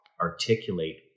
articulate